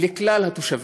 לכלל התושבים,